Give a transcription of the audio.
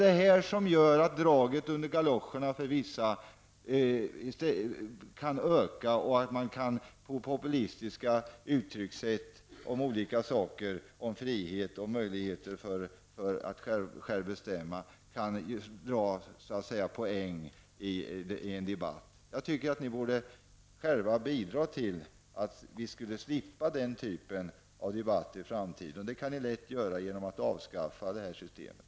Detta gör att draget under galoscherna hos vissa kan öka och att man med populistiska uttryckssätt om saker som frihet och möjligheter att själv bestämma kan dra poäng i en debatt. Ni borde själva medverka till att vi kan slippa den typen av debatter i framtiden. Det kan ni ju lätt göra genom att avskaffa det här systemet.